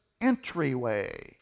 entryway